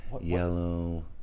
yellow